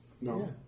No